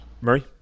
Murray